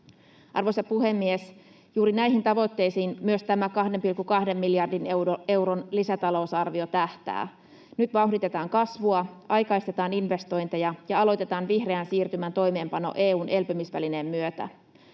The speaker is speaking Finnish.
Arvoisa puhemies! Juuri näihin tavoitteisiin myös tämä 2,2 miljardin euron lisätalousarvio tähtää. Nyt vauhditetaan kasvua, aikaistetaan investointeja ja aloitetaan vihreän siirtymän toimeenpano EU:n elpymisvälineen myötä.